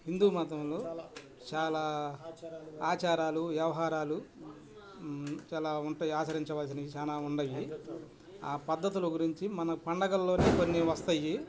హిందూ మతంలో చాలా ఆచారాలు వ్యవహారాలు చాలా ఉంటాయి ఆచరించవలసినవి చాలా ఉంటాయి ఆ పద్ధతుల గురించి మన పండగల్లోనే కొన్ని వస్తాయి